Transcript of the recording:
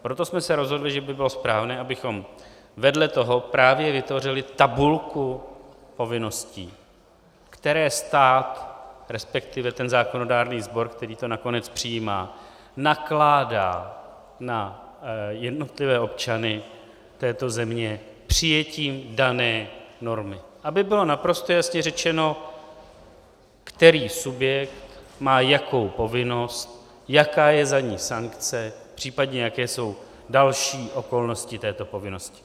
Proto jsme se rozhodli, že by bylo správné, abychom vedle toho právě vytvořili tabulku povinností, které stát, resp. ten zákonodárný sbor, který to nakonec přijímá, nakládá na jednotlivé občany této země přijetím dané normy, aby bylo naprosto jasně řečeno, který subjekt má jakou povinnost, jaká je za ni sankce, případně jaké jsou další okolnosti této povinnosti.